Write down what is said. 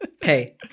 Hey